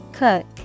cook